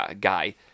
guy